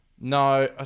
No